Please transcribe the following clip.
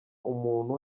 umuntu